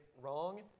wrong